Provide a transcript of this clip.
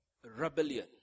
Rebellion